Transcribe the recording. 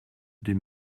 des